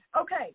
Okay